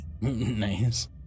Nice